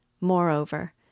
Moreover